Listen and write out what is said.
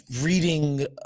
reading